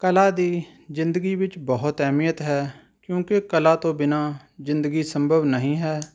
ਕਲਾ ਦੀ ਜ਼ਿੰਦਗੀ ਵਿੱਚ ਬਹੁਤ ਅਹਿਮੀਅਤ ਹੈ ਕਿਉਂਕਿ ਕਲਾ ਤੋਂ ਬਿਨਾਂ ਜ਼ਿੰਦਗੀ ਸੰਭਵ ਨਹੀਂ ਹੈ